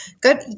Good